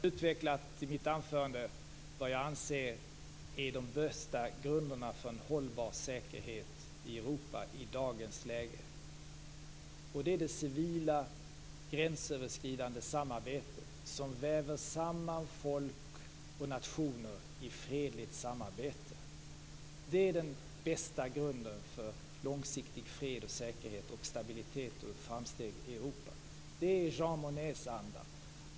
Fru talman! I mitt anförande har jag utvecklat vad jag anser vara de bästa grunderna för en hållbar säkerhet i Europa i dagens läge. Det är det civila gränsöverskridande samarbetet som väver samman folk och nationer i fredligt samarbete. Det är den bästa grunden för långsiktig fred och säkerhet och för stabilitet och framsteg. Det är Jean Monnets anda.